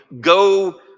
go